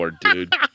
dude